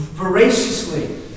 Voraciously